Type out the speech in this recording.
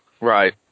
right